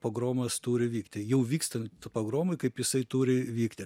pogromas turi vykti jau vykstant pogromui kaip jisai turi vykti